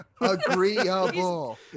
Agreeable